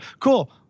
Cool